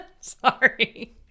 Sorry